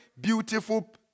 beautiful